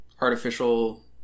artificial